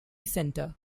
centre